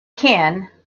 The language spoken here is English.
ken